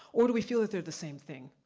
or do we feel that they're the same thing?